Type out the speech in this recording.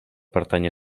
pertànyer